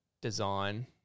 design